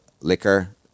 liquor